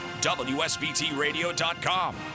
WSBTradio.com